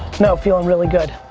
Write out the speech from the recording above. no, feeling really good.